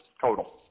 total